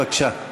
בבקשה.